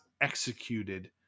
executed